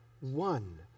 one